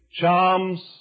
charms